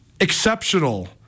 exceptional